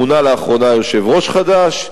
מונה לאחרונה יושב-ראש חדש.